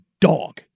dog